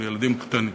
ילדים קטנים,